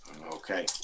Okay